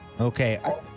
Okay